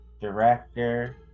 director